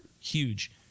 huge